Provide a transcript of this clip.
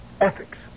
ethics